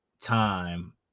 time